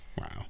Wow